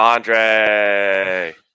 Andre